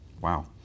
Wow